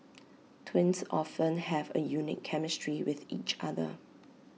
twins often have A unique chemistry with each other